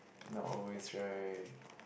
not always right